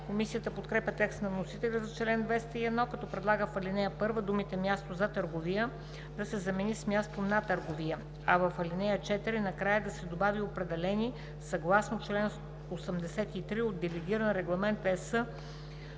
Комисията подкрепя текста на вносителя за чл. 201, като предлага в ал. 1 думите „място за търговия“ да се заменят с „място на търговия“, а в ал. 4 накрая да се добави „определени съгласно чл. 83 от Делегиран регламент (ЕС)